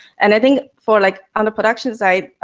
and i think for like on the production side,